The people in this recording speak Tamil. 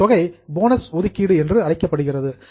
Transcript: அந்த தொகை போனஸ் ஒதுக்கீடு என்று அழைக்கப்படுகிறது